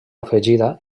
afegida